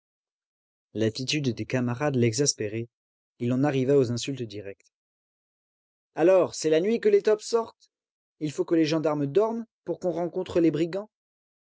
l'attitude des camarades l'exaspérait il en arriva aux insultes directes alors c'est la nuit que les taupes sortent il faut que les gendarmes dorment pour qu'on rencontre les brigands